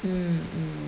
mm mm